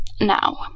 Now